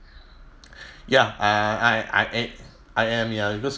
ya uh I I am I am ya because